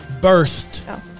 birthed